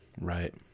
Right